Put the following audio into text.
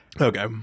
Okay